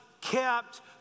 kept